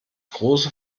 große